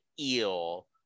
eel